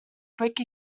brick